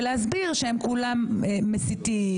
ולהסביר שהם כולם מסיתים,